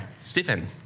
Stephen